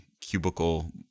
cubicle